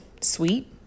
sweet